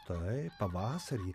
taip pavasarį